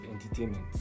entertainment